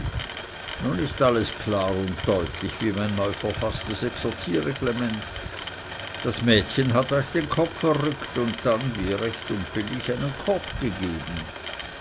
nun ist alles klar und deutlich wie mein neuverfaßtes exerzierreglement das mädchen hat euch den kopf verrückt und dann wie recht und billig einen korb gegeben